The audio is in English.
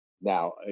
now